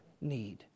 need